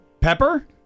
Pepper